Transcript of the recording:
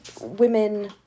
women